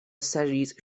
سرریز